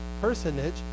personage